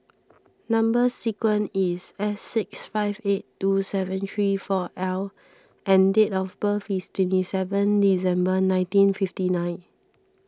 Number Sequence is S six five eight two seven three four L and date of birth is twenty seven December nineteen fifty nine